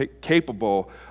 capable